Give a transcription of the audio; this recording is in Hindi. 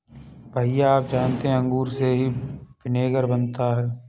भैया आप जानते हैं अंगूर से ही विनेगर बनता है